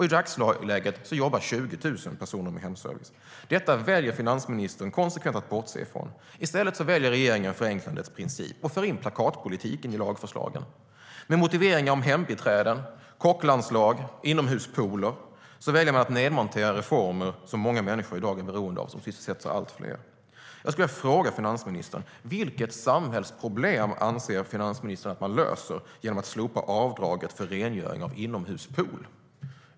I dagsläget jobbar 20 000 personer med hemservice. Jag skulle vilja fråga finansministern: Vilket samhällsproblem anser finansministern att man löser genom att slopa avdraget för rengöring av inomhuspool?